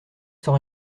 sans